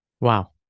Wow